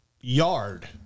yard